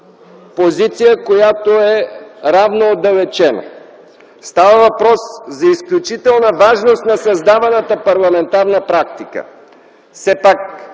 позиция, която е равноотдалечена. Става въпрос за изключителна важност на създаваната парламентарна практика.